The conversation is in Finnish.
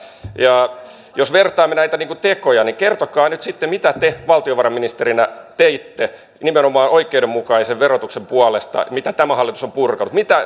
jos vertaamme näitä tekoja niin kertokaa nyt sitten mitä te valtiovarainministerinä teitte nimenomaan oikeudenmukaisen verotuksen puolesta mitä tämä hallitus on purkanut mitä